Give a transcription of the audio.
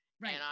Right